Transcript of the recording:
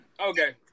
Okay